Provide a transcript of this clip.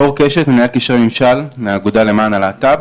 אור קשת, מנהל קשרי ממשל מהאגודה למען הלהט"ב.